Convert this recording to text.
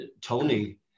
Tony